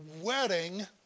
wedding